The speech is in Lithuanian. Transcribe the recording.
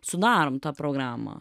sudarom tą programą